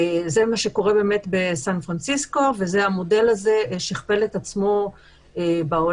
זה מה שקורה בסן פרנסיסקו והמודל הזה שכפל את עצמו בעולם.